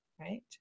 right